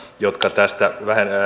joka tästä